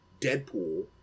deadpool